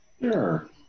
Sure